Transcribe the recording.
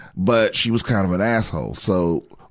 but, she was kind of an asshole. so,